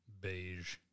beige